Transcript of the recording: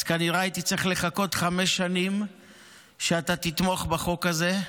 אז כנראה הייתי צריך לחכות חמש שנים שאתה תתמוך בחוק הזה,